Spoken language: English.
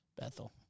Bethel